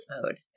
mode